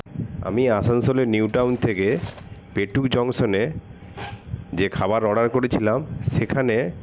আমি আসানসোলের নিউটাউন থেকে পেটুক জংশনে যে খাবার অর্ডার করেছিলাম সেখানে